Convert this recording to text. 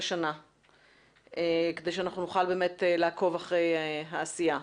השנה כדי שאנחנו נוכל לעקוב אחרי העשייה.